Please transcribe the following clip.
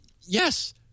yes